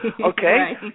Okay